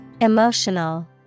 Emotional